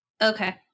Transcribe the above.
okay